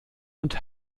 und